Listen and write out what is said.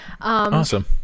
Awesome